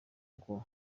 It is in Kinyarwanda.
ngo